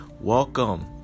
welcome